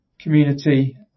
community